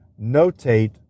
notate